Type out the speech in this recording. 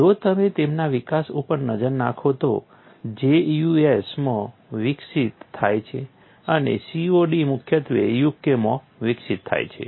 જો તમે તેમના વિકાસ ઉપર નજર નાખો તો J US માં વિકસિત થાય છે અને COD મુખ્યત્વે UK માં વિકસિત થાય છે